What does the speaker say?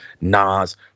Nas